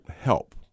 help